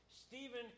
Stephen